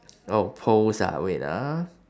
oh poles ah wait ah